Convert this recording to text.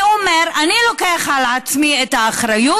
ואומר: אני לוקח על עצמי את האחריות.